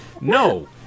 No